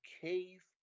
cave